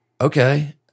okay